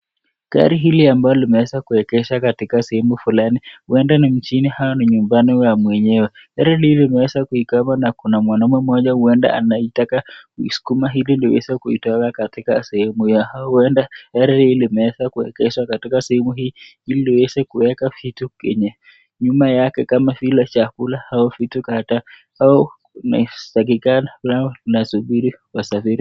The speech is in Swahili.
Gari hili ambalo limeweza kuegeshwa katika sehemu fulani, huenda ni mjini ama ni nyumbani wa mwenyewe. Gari hili limeweza kui cover na kuna mwanamume mmoja huenda anaitaka kuisukuma hili liweze kuitoa katika sehemu hiyo, ama huenda gari hili limeweza kuegeshwa katika sehemu hii ili liweze kuweka vitu kwenye nyuma yake kama vile chakula ama vitu kadhaa, au inadhaniwa linasubiri wasafiri.